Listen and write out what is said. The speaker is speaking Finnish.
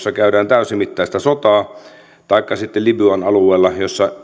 täysimittainen sodankäynti taikka sitten libyan alueella